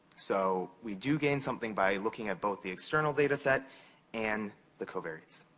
so, we do gain something by looking at both the external data set and the covariates.